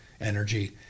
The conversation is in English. energy